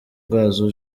bwazo